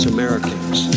Americans